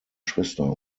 schwester